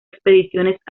expediciones